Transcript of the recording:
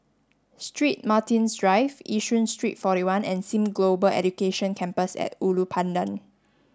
Street Martin's Drive Yishun Street forty one and Sim Global Education Campus at Ulu Pandan